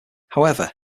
however